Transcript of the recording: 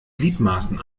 gliedmaßen